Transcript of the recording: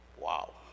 Wow